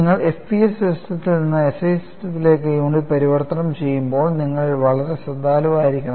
നിങ്ങൾ FPS സിസ്റ്റത്തിൽ നിന്ന് SI സിസ്റ്റത്തിലേക്ക് യൂണിറ്റ് പരിവർത്തനം ചെയ്യുമ്പോൾ നിങ്ങൾ വളരെ ശ്രദ്ധാലുവായിരിക്കണം